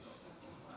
אדוני היושב-ראש,